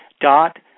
dot